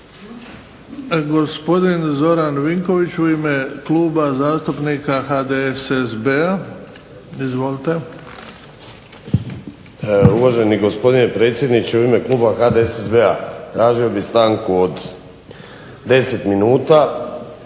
Gospodin Zoran Vinković u ime Kluba zastupnika HDSSB-a, izvolite. **Vinković, Zoran (HDSSB)** Uvaženi gospodine predsjedniče u ime kluba HDSSB-a tražio bih stanku od 10 minuta